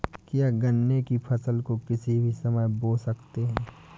क्या गन्ने की फसल को किसी भी समय बो सकते हैं?